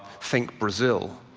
think brazil.